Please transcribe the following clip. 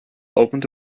opened